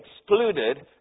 excluded